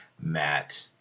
Matt